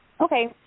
Okay